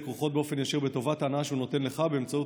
כרוכות באופן ישיר בטובת ההנאה שהוא נותן לך באמצעות